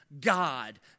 God